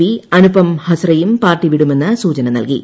P Anupam ഹസ്റയും party വിടുമെന്ന് സൂചന നൽകി